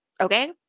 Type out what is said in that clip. Okay